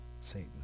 Satan